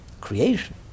creation